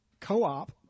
Co-op